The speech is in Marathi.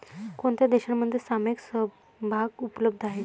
कोणत्या देशांमध्ये सामायिक समभाग उपलब्ध आहेत?